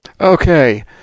Okay